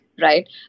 Right